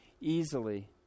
easily